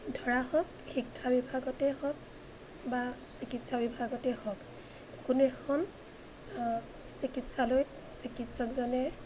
ধৰা হওক শিক্ষা বিভাগতেই হওক বা চিকিৎসা বিভাগতেই হওক কোনো এখন চিকিৎসালয়ত চিকিৎসজনে